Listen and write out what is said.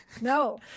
No